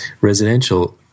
residential